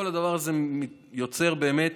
כל הדבר הזה יוצר באמת